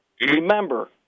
Remember